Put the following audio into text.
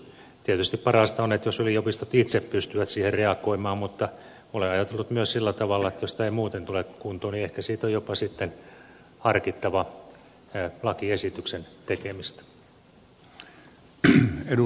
tietysti parasta on jos yliopistot itse pystyvät siihen reagoimaan mutta olen ajatellut myös sillä tavalla että jos tämä ei muuten tule kuntoon niin ehkä siitä sitten on harkittava jopa lakiesityksen tekemistä